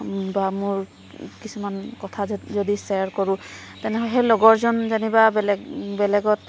বা মোৰ কিছুমান কথা যদি শ্বেয়াৰ কৰোঁ তেনেহ'লে সেই লগৰজন যেনিবা বেলেগ বেলেগত